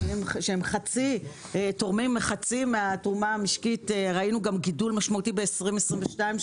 שהם תורמים חצי מהתרומה המשקית ראינו גידול משמעותי ב-2022,